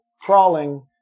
crawling